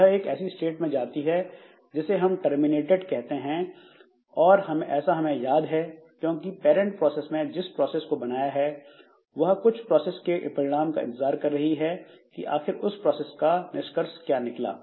यह एक ऐसी स्टेट में जाती है जिसे हम टर्मिनेटेड कहते हैं और ऐसा हमें याद है कि पैरंट प्रोसेस ने जिस प्रोसेस को बनाया है वह उस प्रोसेस के परिणाम का इंतजार कर रही है कि आखिर उस प्रोसेस का निष्कर्ष क्या निकला